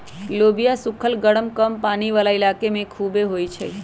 लोबिया सुखल गरम कम पानी वाला इलाका में भी खुबे होई छई